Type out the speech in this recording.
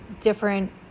different